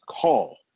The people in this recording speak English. call